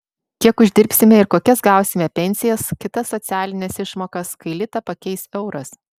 kiek uždirbsime ir kokias gausime pensijas kitas socialines išmokas kai litą pakeis euras